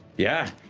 yeah.